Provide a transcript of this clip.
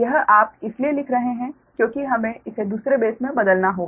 यह आप इसलिए लिख रहे हैं क्योंकि हमें इसे दूसरे बेस में बदलना होगा